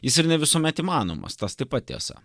jis ir ne visuomet įmanomas taip pat tiesa